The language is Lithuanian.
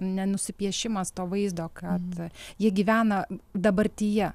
nenusipiešimas to vaizdo kad jie gyvena dabartyje